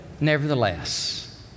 nevertheless